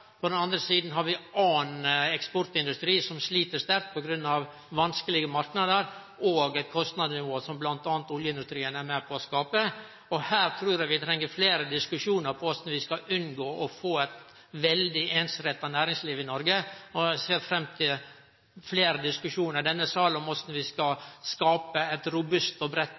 På den andre sida har vi annan eksportindustri som slit sterkt på grunn av vanskelege marknader og eit kostnadsnivå som bl.a. oljeindustrien er med på å skape. Her trur eg vi treng fleire diskusjonar om korleis vi skal unngå å få eit veldig einsretta næringsliv i Noreg, og eg ser fram til diskusjonar i denne salen om korleis vi skal skape eit robust, breitt og